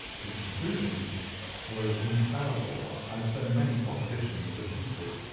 his conclusions were as infallible ah as so many propositions of euclid.